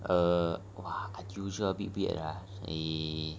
err !wah! unusual a bit weird lah eh